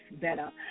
better